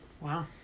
Wow